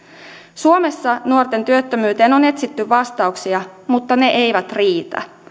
suomessa nuorten työttömyyteen on etsitty vastauksia mutta ne eivät riitä